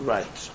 Right